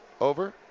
over